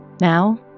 now